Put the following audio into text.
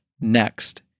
Next